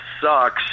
sucks